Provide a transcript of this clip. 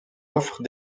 offre